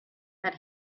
that